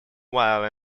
while